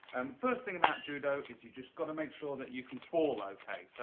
um first thing about judo is you've just got to make sure that you can fall okay. so,